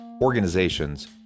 organizations